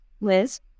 Liz